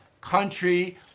country